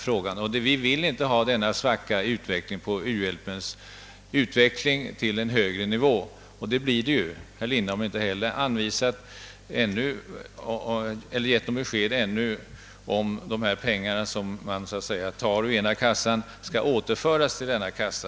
Vi vill inte ha denna svacka i utvecklingen av u-hjälpen till en högre nivå. Herr Lindholm har ännu inte gett något besked, huruvida dessa pengar som man så att säga tar ur en kassa sedan skall återföras till denna kassa.